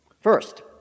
First